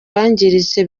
wangiritse